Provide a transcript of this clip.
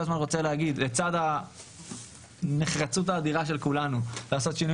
לצד הנחרצות האדירה של כולנו לעשות שינוי